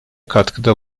katkıda